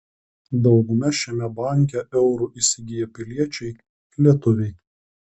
dauguma šiame banke eurų įsigiję piliečiai lietuviai